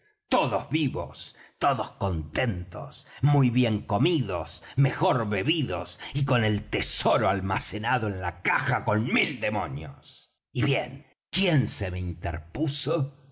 todos vivos todos contentos muy bien comidos mejor bebidos y con el tesoro almacenado en la cala con mil demonios y bien quién se me interpuso